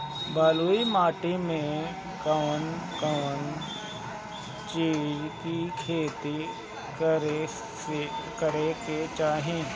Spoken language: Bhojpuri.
बलुई माटी पर कउन कउन चिज के खेती करे के चाही?